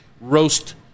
roast